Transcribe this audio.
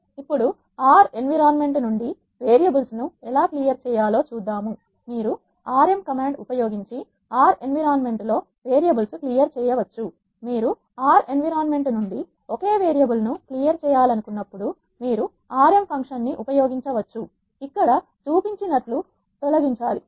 ఇప్పుడు R environment నుండి variables ను ఎలా క్లియర్ చేయాలో చూద్దాం మీరు rm కమాండ్ ఉపయోగించి R ఎన్విరాన్మెంట్ లో వేరియబుల్స్ క్లియర్ చేయవచ్చు మీరు R ఎన్విరాన్మెంట్ నుండి ఒకే వేరియబుల్ ను క్లియర్ చేయాలనుకున్నప్పుడు మీరు rm ఫంక్షన్ ను ఉపయోగించవచ్చు ఇక్కడ చూపించినట్లు తొలగించాలి